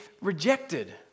rejected